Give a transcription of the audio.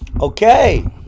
Okay